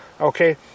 Okay